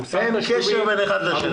אין קשר בין הדברים.